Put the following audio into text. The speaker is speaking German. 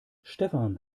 stefan